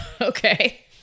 Okay